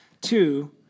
Two